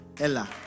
Ella